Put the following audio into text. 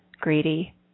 greedy